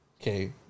Okay